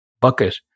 bucket